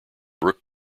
brook